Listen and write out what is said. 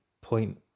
point